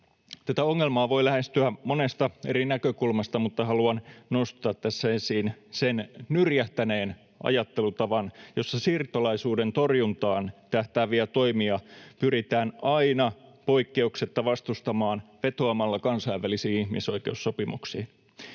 Tätä ongelmaa voi lähestyä monesta eri näkökulmasta, mutta haluan nostaa tässä esiin sen nyrjähtäneen ajattelutavan, jossa siirtolaisuuden torjuntaan tähtääviä toimia pyritään aina poikkeuksetta vastustamaan vetoamalla kansainvälisiin ihmisoikeussopimuksiin.